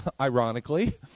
ironically